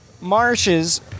Marshes